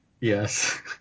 Yes